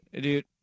Dude